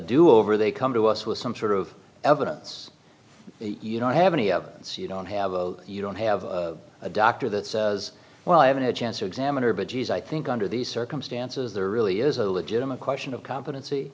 do over they come to us with some sort of evidence you don't have any evidence you don't have a you don't have a doctor that says well i haven't had a chance to examine her but geez i think under these circumstances there really is a legitimate question of competency